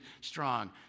strong